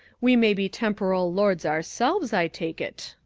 we may be temporal lords ourselves, i take it.